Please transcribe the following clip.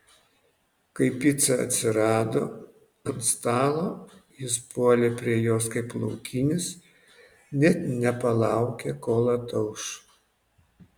kai pica atsirado ant stalo jis puolė prie jos kaip laukinis net nepalaukė kol atauš